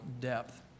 depth